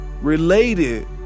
related